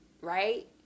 Right